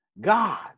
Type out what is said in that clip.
God